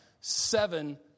seven